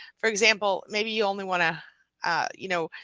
for example, maybe you only want to you know,